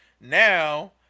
now